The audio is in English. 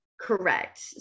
correct